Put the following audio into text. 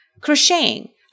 crocheting